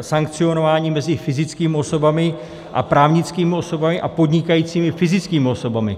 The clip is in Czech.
sankcionování mezi fyzickými osobami a právnickými osobami a podnikajícími fyzickými osobami.